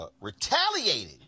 retaliated